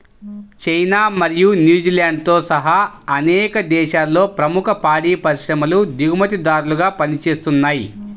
China మరియు న్యూజిలాండ్తో సహా అనేక దేశాలలో ప్రముఖ పాడి పరిశ్రమలు దిగుమతిదారులుగా పనిచేస్తున్నయ్